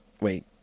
Wait